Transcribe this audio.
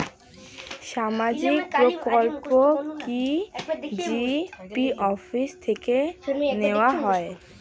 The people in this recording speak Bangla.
সামাজিক প্রকল্প কি জি.পি অফিস থেকে দেওয়া হয়?